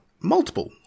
Multiple